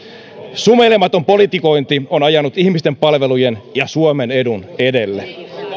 sumeilematon politikointi on ajanut ihmisten palvelujen ja suomen edun edelle